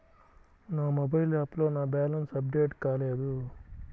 నా మొబైల్ యాప్లో నా బ్యాలెన్స్ అప్డేట్ కాలేదు